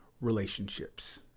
relationships